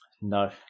No